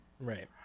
Right